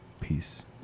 peace